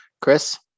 Chris